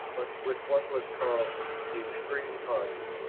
but with what was called the extreme party.